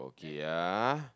ya